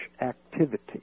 activity